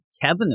Kevin